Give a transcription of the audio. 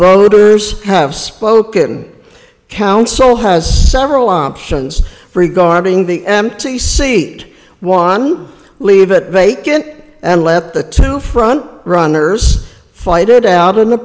broders have spoken council has several options regarding the empty seat one leave it vague it and let the two front runners fight it out in the